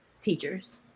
teachers